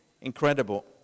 incredible